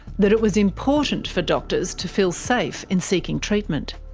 that it was important for doctors to feel safe in seeking treatment.